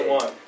one